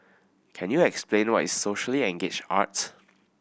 can you explain what is socially engaged art